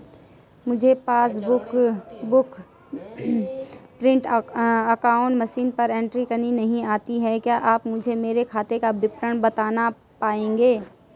मुझे passbook book print out machine पर entry करना नहीं आता है क्या आप मुझे मेरे खाते का विवरण बताना पाएंगे?